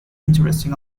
interesting